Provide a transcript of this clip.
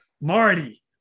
Marty